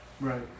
Right